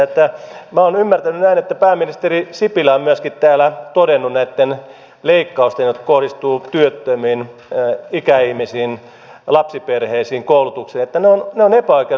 minä olen ymmärtänyt näin että pääministeri sipilä on myöskin täällä todennut näitten leikkausten jotka kohdistuvat työttömiin ikäihmisiin lapsiperheisiin koulutukseen olevan epäoikeudenmukaisia ja huonoja leikkauksia